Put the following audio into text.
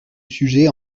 sujet